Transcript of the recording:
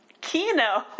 kino